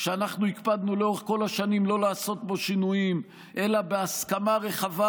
שאנחנו הקפדנו לאורך כל השנים לא לעשות בו שינויים אלא בהסכמה רחבה,